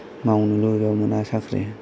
मावनो लुबैबाबो मोना साख्रि